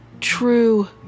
true